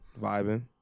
vibing